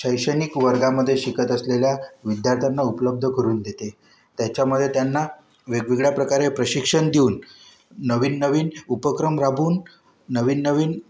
शैक्षणिक वर्गामध्ये शिकत असलेल्या विद्यार्थ्यांना उपलब्ध करून देते त्याच्यामध्ये त्यांना वेगवेगळ्या प्रकारे प्रशिक्षण देऊन नवीननवीन उपक्रम राबवून नवीननवीन